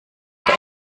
der